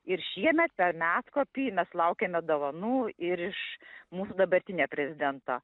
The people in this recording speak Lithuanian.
ir šiemet per medkopį mes laukiame dovanų ir iš mūsų dabartinio prezidento